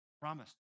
promise